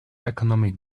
economic